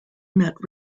met